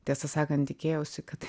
tiesą sakant tikėjausi kad